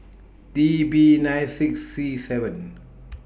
T B nine six C seven